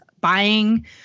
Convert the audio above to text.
buying